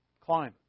Climb